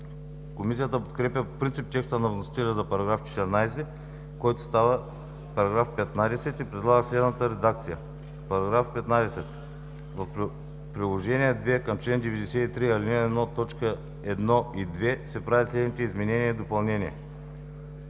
Комисията подкрепя по принцип текста на вносителя за § 14, който става § 15 и предлага следната редакция: „§ 15. В приложение № 2 към чл. 93, ал. 1, т. 1 и 2 се правят следните изменения и допълнения: